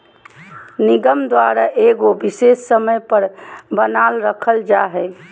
निगम द्वारा एगो विशेष समय पर बनाल रखल जा हइ